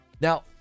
now